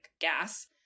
gas